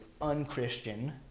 unchristian